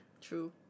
true